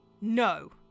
No